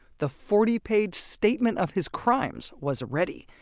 the forty page statement of his crimes was ready.